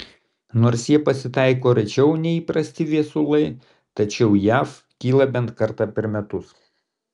nors jie pasitaiko rečiau nei įprasti viesulai tačiau jav kyla bent kartą per metus